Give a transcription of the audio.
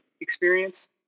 experience